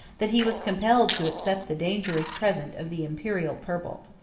that he was compelled to accept the dangerous present of the imperial purple.